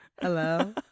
Hello